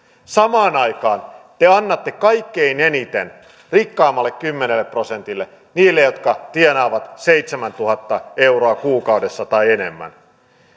samaan aikaan te annatte kaikkein eniten rikkaimmalle kymmenelle prosentille niille jotka tienaavat seitsemäntuhatta euroa kuukaudessa tai enemmän